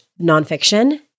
nonfiction